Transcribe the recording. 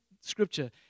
Scripture